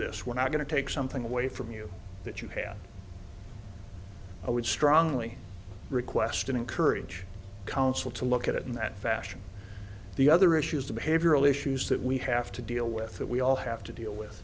this we're not going to take something away from you that you have i would strongly request and encourage counsel to look at it in that fashion the other issues the behavioral issues that we have to deal with that we all have to deal with